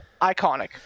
iconic